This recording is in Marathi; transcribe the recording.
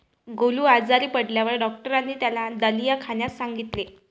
गोलू आजारी पडल्यावर डॉक्टरांनी त्याला दलिया खाण्यास सांगितले